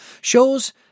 shows